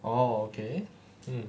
orh okay